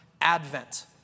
Advent